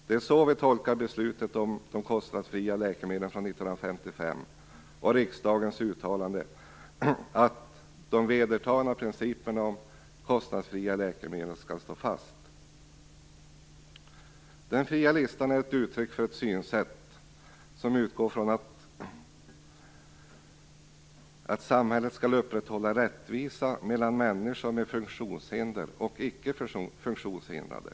Det är så vi tolkar beslutet från 1955 om de kostnadsfria läkemedlen, och riksdagens uttalande att de vedertagna principerna för kostnadsfria läkemedel skall stå fast. Den fria listan är ett uttryck för ett synsätt som utgår från att samhället skall upprätthålla rättvisa mellan människor med funktionshinder och de icke funktionshindrade.